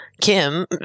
kim